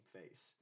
face